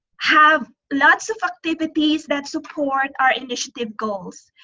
have lots of activities that support our initiative goals.